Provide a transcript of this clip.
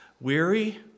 Weary